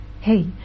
hey